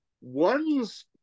One's